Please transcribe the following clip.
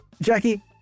Jackie